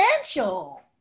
essential